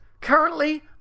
Currently